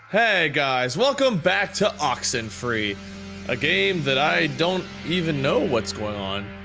hey guys, welcome back to oxenfree a game that i don't even know what's going on.